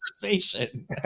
conversation